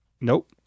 Nope